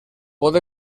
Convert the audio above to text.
pot